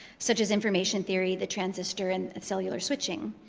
such as information theory, the transistor and cellular switching.